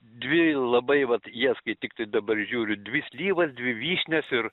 dvi labai vat į jas kai tiktai dabar žiūriu dvi slyvas dvi vyšnias ir